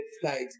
flight